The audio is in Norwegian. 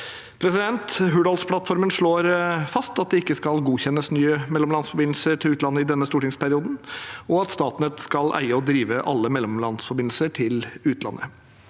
nettet. Hurdalsplattformen slår fast at det ikke skal godkjennes nye mellomlandsforbindelser til utlandet i denne stortingsperioden, og at Statnett skal eie og drive alle mellomlandsforbindelser til utlandet.